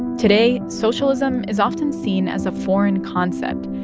today socialism is often seen as a foreign concept.